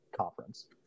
conference